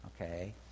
okay